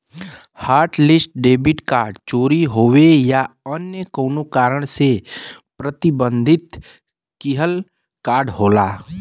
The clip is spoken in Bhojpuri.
हॉटलिस्ट डेबिट कार्ड चोरी होये या अन्य कउनो कारण से प्रतिबंधित किहल कार्ड होला